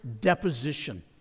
deposition